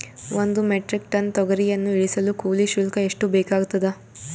ಒಂದು metric ton ತೊಗರಿಯನ್ನು ಇಳಿಸಲು ಕೂಲಿ ಶುಲ್ಕ ಎಷ್ಟು ಬೇಕಾಗತದಾ?